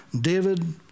David